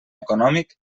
econòmic